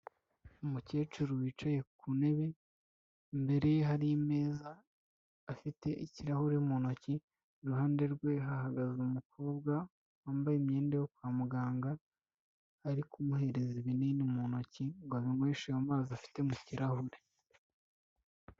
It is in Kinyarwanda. Umukecuru wicaye ku ntebe, imbere ye hari imeza, afite ikirahure mu ntoki, iruhande rwe hahagaze umukobwa, wambaye imyenda yo kwa muganga, ari kumuhereza ibinini mu ntoki ngo abinyweshe amazi afite mu kirahure.